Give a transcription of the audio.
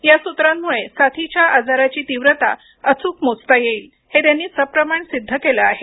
या सूत्रामुळे साथीच्या आजाराची तीव्रता अचूक मोजता येईल हे त्यांनी सप्रमाण सिद्ध केले आहे